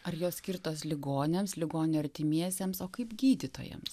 ar jos skirtos ligoniams ligonių artimiesiems o kaip gydytojams